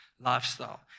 lifestyle